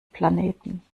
planeten